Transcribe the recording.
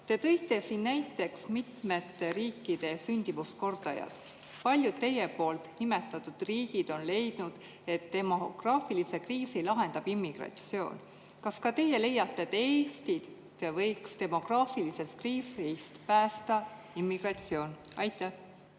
Te tõite siin näiteks mitmete riikide sündimuskordajad. Paljud teie nimetatud riigid on leidnud, et demograafilise kriisi lahendab immigratsioon. Kas ka teie leiate, et Eestit võiks demograafilisest kriisist päästa immigratsioon? Aitäh,